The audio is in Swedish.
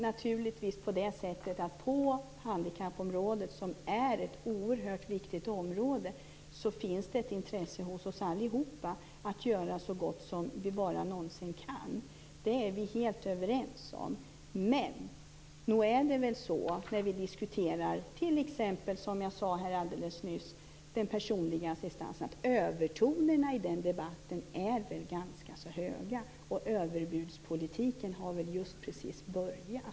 Naturligtvis finns det på handikappområdet, som är ett oerhört viktigt område, ett intresse hos oss allihop att göra så gott vi någonsin kan. Det är vi helt överens om. Men nog är det väl så att när vi diskuterar t.ex. - som jag sade alldeles nyss - den personliga assistansen är övertonerna i debatten ganska höga, och överbudspolitiken har just precis börjat.